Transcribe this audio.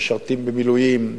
משרתים במילואים,